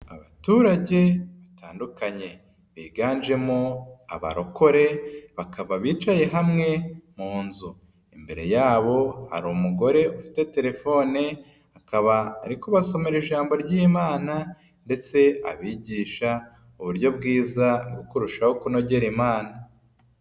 Abaturage batandukanye biganjemo abarokore bakaba bicaye hamwe mu nzu. Imbere yabo hari umugore ufite telefone, akaba ari kubasomera ijambo ry'imana ndetse abigisha uburyo bwiza bwo kurushaho kunogera Imana.